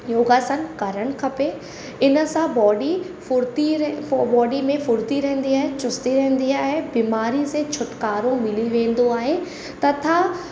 योगासन करणु खपे इन सां बॉडी फुर्ती र बॉडी में फुर्ती रहंदी आहे चुस्ती रहंदी आहे बीमारी से छुटकारो मिली वेंदो आहे तथा